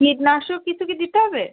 কীটনাশক কিছু কি দিতে হবে